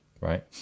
right